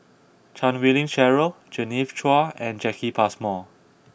Chan Wei Ling Cheryl Genevieve Chua and Jacki Passmore